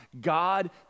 God